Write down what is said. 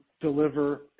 deliver